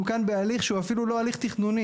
אנחנו כאן בהליך שהוא אפילו לא הליך תכנוני,